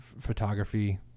photography